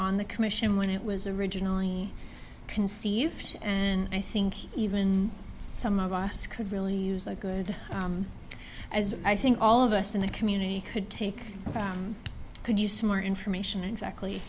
on the commission when it was originally conceived and i think even some of us could really use a good as i think all of us in the community could take could use more information exactly